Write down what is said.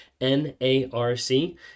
N-A-R-C